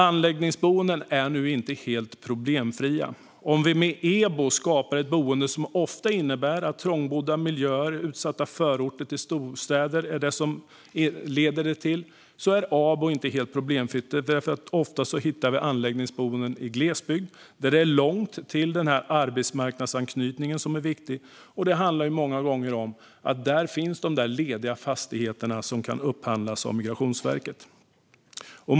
Anläggningsboenden är nu inte helt problemfria. Om vi med EBO skapar ett boende som ofta innebär trångbodda miljöer och utsatta förorter till storstäder är ABO inte helt problemfritt. Ofta hittar vi anläggningsboenden i glesbygd där det är långt till den viktiga arbetsmarknadsanknytningen. Det handlar många gånger om att det är där de lediga fastigheterna finns som kan upphandlas av Migrationsverket.